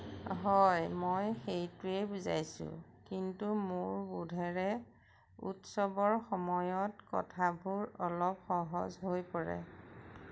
হয় মই সেইটোৱেই বুজাইছোঁ কিন্তু মোৰ বোধেৰে উৎসৱৰ সময়ত কথাবোৰ অলপ সহজ হৈ পৰে